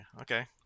okay